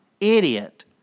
idiot